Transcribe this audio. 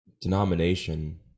denomination